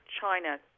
China